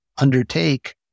undertake